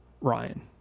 Ryan